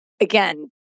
again